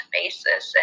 basis